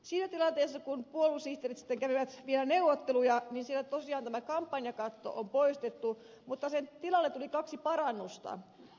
siinä tilanteessa kun puoluesihteerit sitten kävivät vielä neuvotteluja niin siellä tosiaan tämä kampanjakatto on poistettu mutta sen tilalle tuli kaksi parannusta